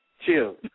Chill